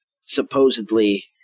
supposedly